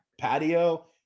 patio